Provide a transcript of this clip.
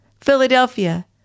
Philadelphia